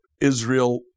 Israel